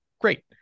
great